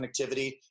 connectivity